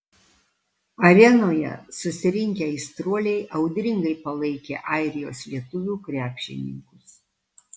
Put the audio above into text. arenoje susirinkę aistruoliai audringai palaikė airijos lietuvių krepšininkus